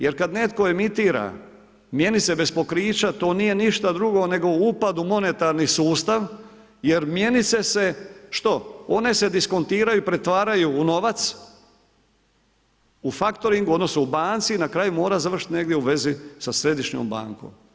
Jer kada netko emitira mjenice bez pokrića to nije ništa drugo nego upad u monetarni sustav jer mjenice se, što, one se diskontiraju i pretvaraju u novac, u faktoring, odnosno u banci i na kraju mora završiti negdje u vezi sa središnjom bankom.